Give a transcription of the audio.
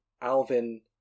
Alvin